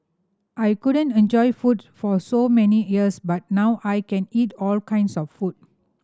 I couldn't enjoy food for so many years but now I can eat all kinds of food